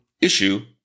issue